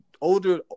Older